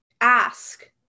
Ask